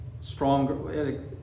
stronger